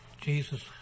Jesus